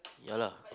ya lah